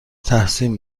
تحسین